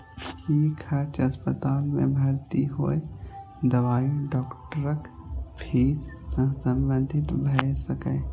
ई खर्च अस्पताल मे भर्ती होय, दवाई, डॉक्टरक फीस सं संबंधित भए सकैए